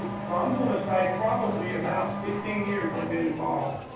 so i'm gonna say probably about fifteen years they've been involved